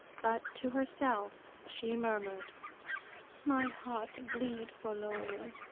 but to herself she murmured my heart bleed for lonely.